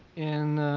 and